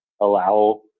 allow